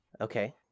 okay